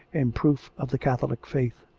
in proof of the catholic faith.